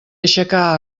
aixecà